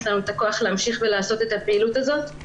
לנו את הכוח להמשיך ולעשות את הפעילות הזאת.